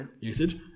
usage